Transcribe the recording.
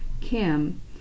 Kim